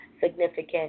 significant